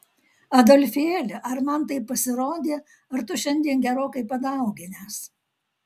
adolfėli ar man taip pasirodė ar tu šiandien gerokai padauginęs